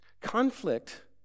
Conflict